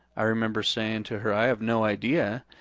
i remember saying to her, i have no idea.